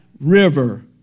river